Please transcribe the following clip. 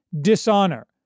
dishonor